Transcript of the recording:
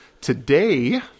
Today